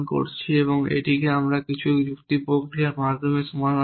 এবং আমরা এটিকে কিছু যুক্তির প্রক্রিয়ার মাধ্যমে সমাধান করেছি